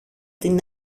την